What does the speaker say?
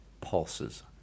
pulses